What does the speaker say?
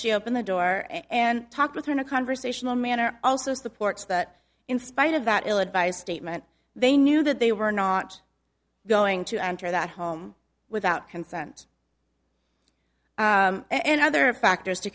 she opened the door and talked with her in a conversational manner also supports that in spite of that ill advised statement they knew that they were not going to enter that home without consent and other factors to